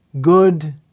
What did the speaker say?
good